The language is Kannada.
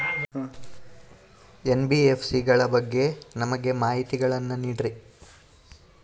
ಎನ್.ಬಿ.ಎಫ್.ಸಿ ಗಳ ಬಗ್ಗೆ ನಮಗೆ ಮಾಹಿತಿಗಳನ್ನ ನೀಡ್ರಿ?